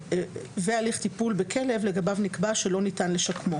והליך טיפול בכלב לגביו נקבע שלא ניתן לשקמו,"